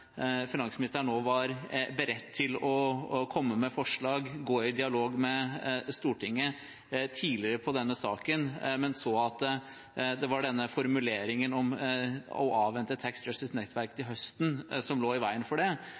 finansministeren var beredt til å komme med forslag og gå i dialog med Stortinget tidligere, men så at formuleringen om å avvente Tax Justice Network til høsten sto i veien for det,